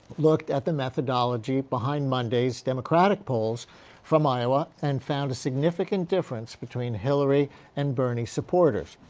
looked at the methodology behind monday's democratic polls from iowa and found a significant difference between hillary and bernie supporters.